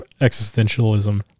existentialism